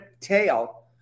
tail